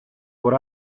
por